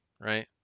right